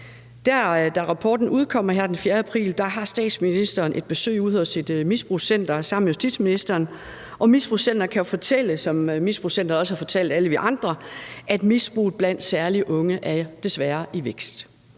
Da rapporten udkommer her den 4. april, var statsministeren et besøg ude på et misbrugscenter sammen med justitsministeren, og misbrugscenteret kan jo fortælle, som misbrugscenteret også har fortalt alle os andre, at misbrug særlig blandt unge desværre er i vækst.